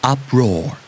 Uproar